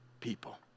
people